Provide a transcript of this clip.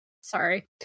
Sorry